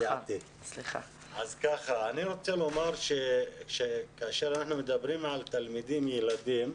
אני רוצה לומר שכאשר אנחנו מדברים על תלמידים ילדים,